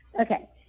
Okay